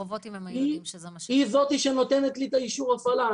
היא זאת שנותנת לי את אישור ההפעלה.